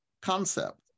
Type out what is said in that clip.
concept